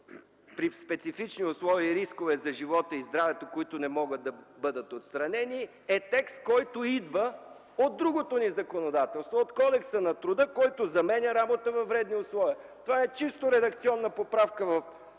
при специфични условия и рискове за живота и здравето, които не могат да бъдат отстранени – ефект, който идва от другото ни законодателство, от Кодекса на труда, който заменя работа във вредни условия. Това е чисто редакционна поправка в